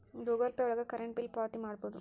Google Pay ಒಳಗ current bill ಪಾವತಿ ಮಾಡ್ಬೋದು